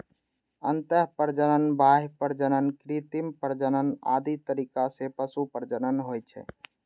अंतः प्रजनन, बाह्य प्रजनन, कृत्रिम प्रजनन आदि तरीका सं पशु प्रजनन होइ छै